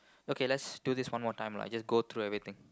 okay lets do this one more time lah just go through everything